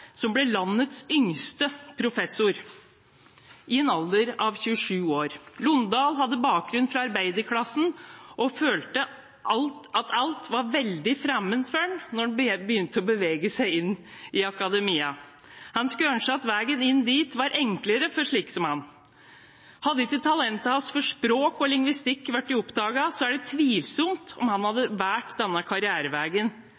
som ble landets yngste professor i en alder av 27 år. Lohndal har bakgrunn fra arbeiderklassen og følte at alt var veldig fremmed for ham da han begynte å bevege seg inn i akademia. Han skulle ønske at veien inn dit var enklere for slike som ham. Hadde ikke talentet hans for språk og lingvistikk blitt oppdaget, er det tvilsomt om han